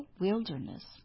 wilderness